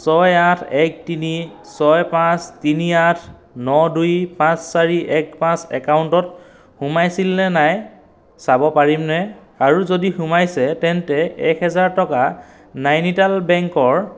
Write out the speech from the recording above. ছয় আঠ এক তিনি ছয় পাঁচ তিনি আঠ ন দুই পাঁচ চাৰি এক পাঁচ একাউণ্টত সোমাইছিল নে নাই চাব পাৰিমনে আৰু যদি সোমাইছে তেন্তে এক হাজাৰ টকা নাইনিটাল বেংকৰ